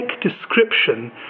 description